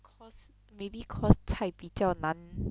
cause maybe cause 菜比较难